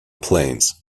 planes